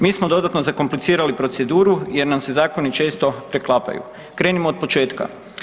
Mi smo dodatno zakomplicirali proceduru jer nam se zakoni često preklapaju, Krenimo od početka.